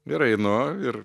ir einu ir